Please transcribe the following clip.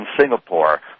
Singapore